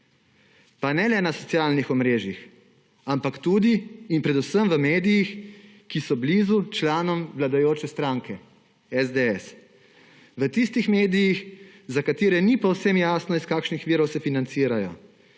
Pa ne le na socialnih omrežjih, ampak tudi in predvsem v medijih, ki so blizu članom vladajoče stranke SDS. V tistih medijih, za katere ni povsem jasno, iz kakšnih virov se financirajo,